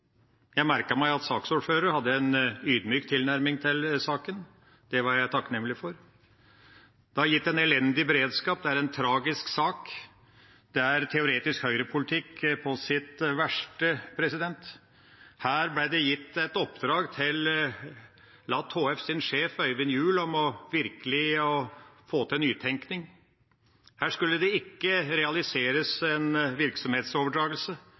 Jeg merket meg at saksordføreren hadde en ydmyk tilnærming til saken. Det er jeg takknemlig for. Dette har gitt en elendig beredskap; det er en tragisk sak. Dette er teoretisk høyrepolitikk på sitt verste. Her ble det gitt et oppdrag til Luftambulansetjenesten HFs sjef, Øyvind Juell, om virkelig å få til nytenkning. Det skulle ikke realiseres en virksomhetsoverdragelse,